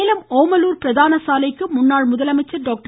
சேலம் ஓமலூர் பிரதான சாலைக்கு முன்னாள் முதலமைச்சர் டாக்டர்